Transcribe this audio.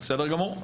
בסדר גמור,